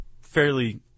fairly